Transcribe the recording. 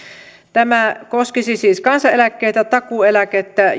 tämä koskisi siis kansaneläkkeitä takuueläkettä